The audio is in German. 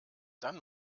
dann